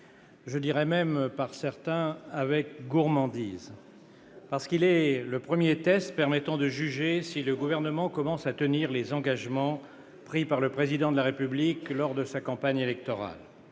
je dirais même, pour certains, avec gourmandise. Oh ! Il est en effet le premier test permettant de juger si le Gouvernement commence à tenir les engagements pris par le Président de la République lors de sa campagne électorale